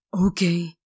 Okay